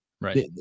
Right